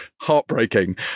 heartbreaking